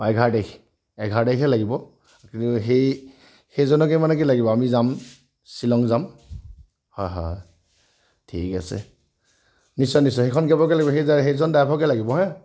অঁ এঘাৰ তাৰিখ এঘাৰ তাৰিখে লাগিব কিন্তু সেই সেইজনকে মানে কি লাগিব আমি যাম শ্বিলং যাম হয় হয় ঠিক আছে নিশ্চয় নিশ্চয় সেইখন কেবকে লাগিব সেইজন সেইজন ড্ৰাইভাৰকে লাগিব হাঁ